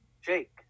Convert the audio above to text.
Jake